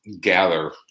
gather